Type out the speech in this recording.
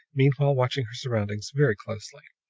meanwhile watching her surroundings very closely.